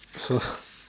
so